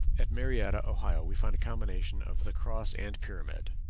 at marietta, ohio, we find a combination of the cross and pyramid.